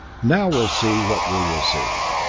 now we'll see what we will see!